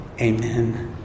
Amen